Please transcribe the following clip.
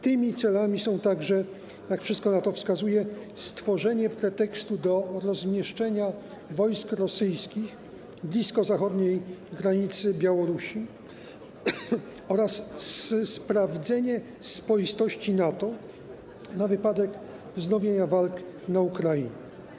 Tymi celami są także, jak wszystko na to wskazuje, stworzenie pretekstu do rozmieszczenia wojsk rosyjskich blisko zachodniej granicy Białorusi oraz sprawdzenie spoistości NATO na wypadek wznowienia walk na Ukrainie.